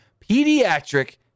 Pediatric